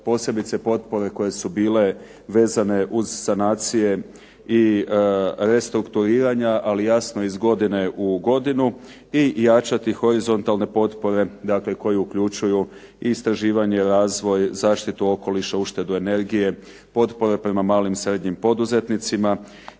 posebice potpore koje su bile vezane uz sanacije i restrukturiranja ali jasno iz godine u godinu i jačati horizontalne potpore dakle koje uključuju i istraživanje, razvoj, zaštitu okoliša, uštedu energije, potpore prema malim i srednjim poduzetnicima